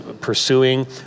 pursuing